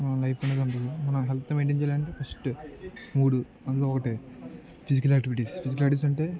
మన లైఫ్ అనేది ఉండదు మన హెల్త్ మెయింటైన్ చేయాలి అంటే ఫస్ట్ మూడు అందులో ఒకటి ఫిజికల్ యాక్టివిటీస్ ఫిజికల్ యాక్టివిటీస్ ఉంటే